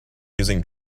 using